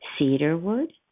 cedarwood